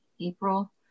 April